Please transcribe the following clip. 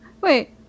Wait